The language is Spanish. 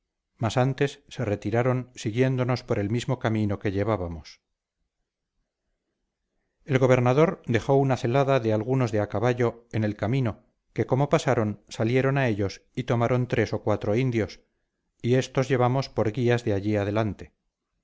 mas antes se retiraron siguiéndonos por el mismo camino que llevábamos el gobernador dejó una celada de algunos de a caballo en el camino que como pasaron salieron a ellos y tomaron tres o cuatro indios y éstos llevamos por guías de allí adelante